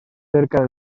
cerca